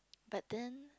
but then